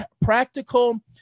practical